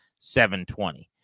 720